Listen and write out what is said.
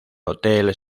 hotel